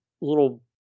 little